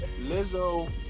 lizzo